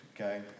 okay